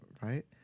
right